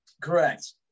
Correct